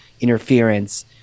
interference